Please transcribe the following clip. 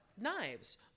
Knives